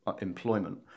employment